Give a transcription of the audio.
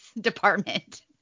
department